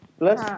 plus